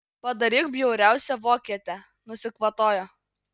padaryk bjauriausią vokietę nusikvatojo